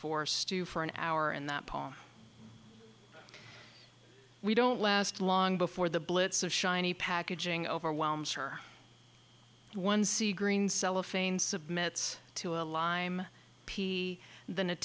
for stew for an hour and that we don't last long before the blitz of shiny packaging overwhelms her one c green cellophane submit to a lie p than